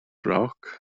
roc